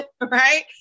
Right